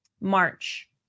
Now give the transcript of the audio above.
March